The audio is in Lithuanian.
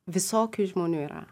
visokių žmonių yra